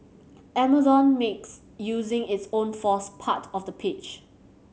Amazon makes using its own force part of the pitch